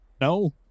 no